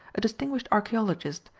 a distinguished archaeologist,